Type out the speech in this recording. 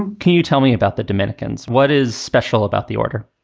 and can you tell me about the dominicans? what is special about the order?